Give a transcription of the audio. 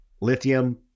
lithium